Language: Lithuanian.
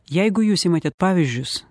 jeigu jūs imate pavyzdžius